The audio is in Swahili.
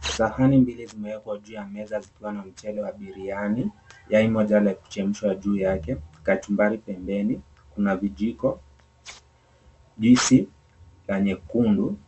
Sahani mbili zimewekwa juu ya meza zikiwa na mchele wa biriani, yai moja la kuchemshwa juu yake, kachumbari pembeni na kuna vijiko juice ya nyekundu